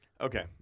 Okay